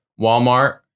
Walmart